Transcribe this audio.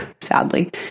sadly